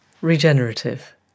regenerative